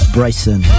Bryson